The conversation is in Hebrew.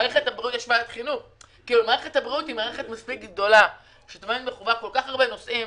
מערכת הבריאות היא מערכת מספיק גדולה שטומנת בחובה כל כך הרבה נושאים,